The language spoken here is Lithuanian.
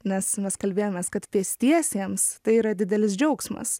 nes mes kalbėjomės kad pėstiesiems tai yra didelis džiaugsmas